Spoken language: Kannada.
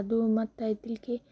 ಅದು ಮತ್ತು ಆಯ್ತಿಲ್ಕಿ